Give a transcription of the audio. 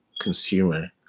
consumer